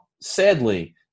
sadly